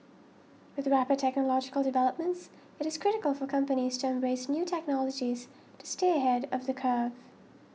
with the rapid technological developments it is critical for companies to embrace new technologies to stay ahead of the curve